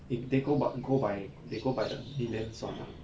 if they go about go by they go by the millions [one] ah